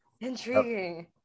Intriguing